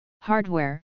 hardware